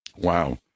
Wow